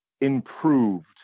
improved